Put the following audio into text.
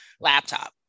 laptop